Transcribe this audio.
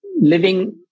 living